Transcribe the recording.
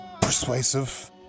Persuasive